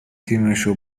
تیمشو